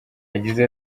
yagize